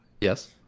yes